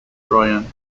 ryan